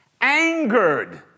angered